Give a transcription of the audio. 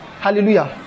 Hallelujah